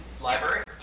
library